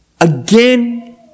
again